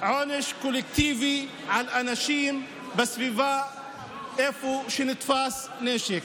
עונש קולקטיבי לאנשים בסביבה שבה נתפס נשק.